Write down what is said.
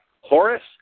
Horace